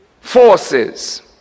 forces